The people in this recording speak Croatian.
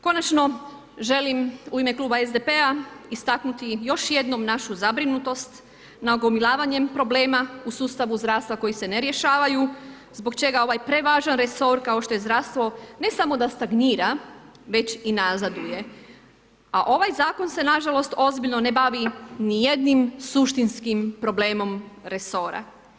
Konačno želim u ime kluba SDP-a istaknuti još jednom našu zabrinutost nagomilavanjem problema u sustavu zdravstva koji se ne rješavaju, zbog čega ovaj prevažan resor kao što je zdravstvo ne samo da stagnira već i nazaduje a ovaj zakon se nažalost ozbiljno ne bavi nijednim suštinskim problemom resora.